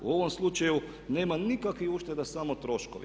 U ovom slučaju nema nikakvih ušteda samo troškovi.